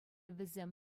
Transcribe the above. вӗсем